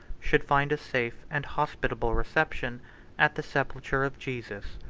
should find a safe and hospitable reception at the sepulchre of jesus.